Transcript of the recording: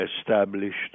established